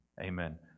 Amen